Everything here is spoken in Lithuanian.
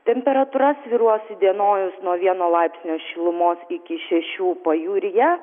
temperatūra svyruos įdienojus nuo vieno laipsnio šilumos iki šešių pajūryje